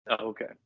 Okay